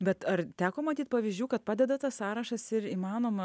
bet ar teko matyt pavyzdžių kad padeda tas sąrašas ir įmanoma